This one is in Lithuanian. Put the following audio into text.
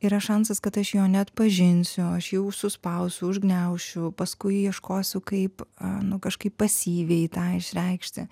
yra šansas kad aš jo neatpažinsiu aš jau suspausiu užgniaušiu paskui ieškosiu kaip nu kažkaip pasyviai tą išreikšti